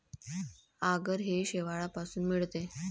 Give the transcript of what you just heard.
आगर हे शेवाळापासून मिळते